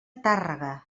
tàrrega